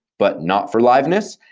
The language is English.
but not for liveliness,